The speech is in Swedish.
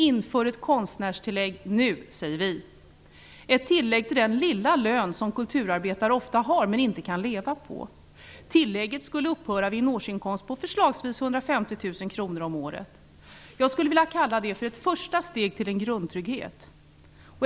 Inför ett konstnärstillägg nu, säger vi! Det handlar om ett tilllägg till den lilla lön som kulturarbetare ofta har, men inte kan leva på. Tillägget skulle upphöra vid en årsinkomst på förslagsvis 150 000 kronor. Jag skulle vilja kalla det för ett första steg till en grundtrygghet.